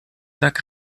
sack